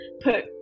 put